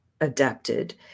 adapted